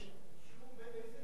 איזה סעיף למשל?